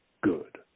good